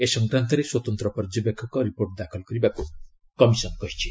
ଏ ସଂକାନ୍ତରେ ସ୍ୱତନ୍ତ୍ର ପର୍ଯ୍ୟବେକ୍ଷକ ରିପୋର୍ଟ ଦାଖଲ କରିବାକୁ କମିଶନ କହିଛି